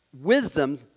Wisdom